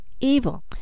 evil